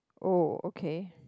oh okay